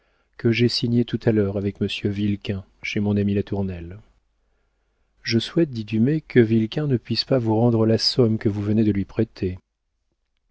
que j'ai signé tout à l'heure avec monsieur vilquin chez mon ami latournelle je souhaite dit dumay que vilquin ne puisse pas vous rendre la somme que vous venez de lui prêter